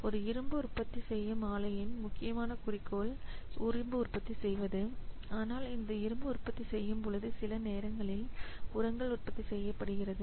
ஒரு இரும்பு உற்பத்தி செய்யும் ஆலையின் முக்கியமான குறிக்கோள் இரும்பு உற்பத்தி செய்வது ஆனால் இந்த இரும்பு உற்பத்தி செய்யும் பொழுது சில நேரங்களில் உரங்கள் உற்பத்தி செய்யப்படுகிறது